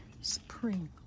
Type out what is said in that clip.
Spring